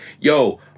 Yo